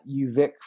UVic